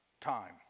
time